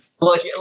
Look